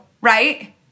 right